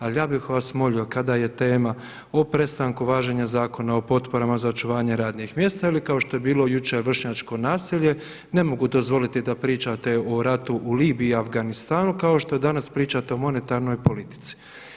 Ali ja bih vas molio kada je tema o prestanku važenja zakona o potporama za očuvanje radnih mjesta ili kao što je bilo jučer vršnjačko nasilje ne mogu dozvoliti da pričate o ratu u Libiji i Afganistanu kao što danas pričate o monetarnoj politici.